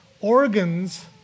organs